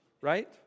Right